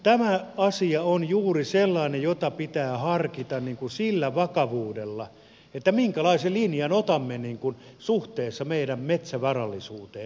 tämä asia on juuri sellainen jota pitää harkita sillä vakavuudella että minkälaisen linjan otamme suhteessa meidän metsävarallisuuteemme